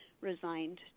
resigned